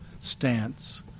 stance